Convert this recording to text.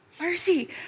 mercy